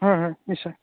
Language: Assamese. হয় হয় নিশ্চয়